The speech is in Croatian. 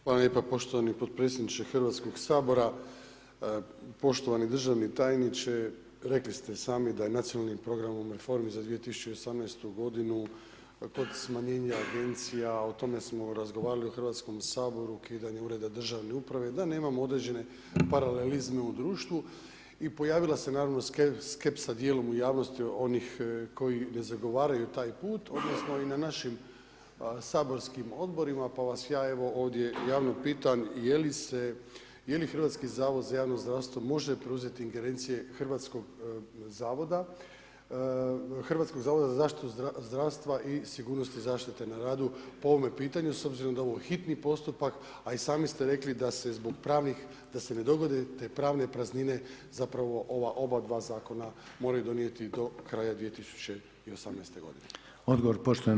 Hvala vam lijepo gospodine potpredsjedniče Hrvatskog sabora, poštovani državni tajniče, rekli ste sami da je nacionalnim programom reformi za 2018. godinu kod smanjenja agencija, o tome samo razgovarali u Hrvatskom saboru, ukidanje Ureda državne uprave, da nemamo određene paralelizme u društvu i pojavila se naravno skepsa dijelom u javnosti onih koji ne zagovaraju taj put, odnosno i na našim saborskim Odborima, pa vas ja evo ovdje javno pitam, je li se, je li Hrvatski zavod za javno zdravstvo može preuzeti ingerencije Hrvatskog zavoda za zaštitu zdravstva i sigurnosti zaštite na radu po ovome pitanju, s obzirom da je ovo hitni postupak, a i sami ste rekli da se zbog pravnih, da se ne dogode te pravne praznine zapravo ova obadva zakona moraju donijeti do kraja 2018. godine.